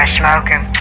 smoking